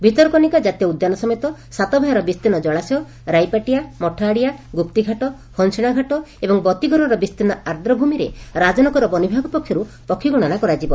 ଭିତରକନିକା ଜାତୀୟ ଉଦ୍ୟାନ ସମେତ ସାତଭାୟାର ବିସ୍ତୀର୍ଷ୍ ଜଳାଶୟ ରାଇପାଟିଆ ମଠଆଡ଼ିଆ ଗୁପ୍ତିଘାଟ ହଂସିଣା ଘାଟ ଏବଂ ବତୀଘରର ବିସ୍ତୀର୍ଶ୍ୱ ଆଦ୍ରଭ୍ରମିରେ ରାଜନଗର ବନବିଭାଗ ପକ୍ଷରୁ ପକ୍ଷୀଗଣନା କରାଯିବ